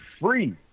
free